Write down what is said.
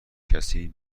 کسی